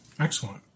Excellent